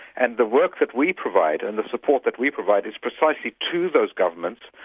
and the work that we provide, and the support that we provide is precisely to those governments,